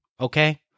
okay